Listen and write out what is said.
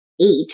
eight